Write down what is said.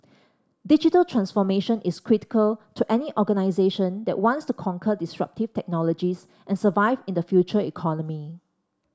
digital transformation is critical to any organisation that wants to conquer disruptive technologies and survive in the Future Economy